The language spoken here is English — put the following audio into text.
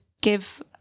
give